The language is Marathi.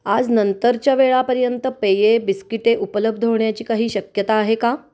आज नंतरच्या वेळापर्यंत पेये बिस्किटे उपलब्ध होण्याची काही शक्यता आहे का